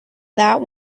that